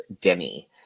Demi